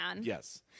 Yes